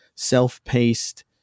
self-paced